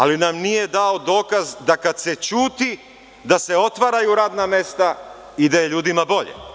Ali, nije nam dao dokaz da kada se ćuti da se otvaraju radna mesta i da je ljudima bolje.